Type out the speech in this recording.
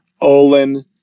Olin